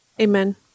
Amen